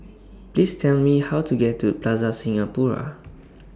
Please Tell Me How to get to Plaza Singapura